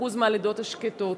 20% מהלידות השקטות.